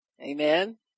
Amen